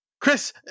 Chris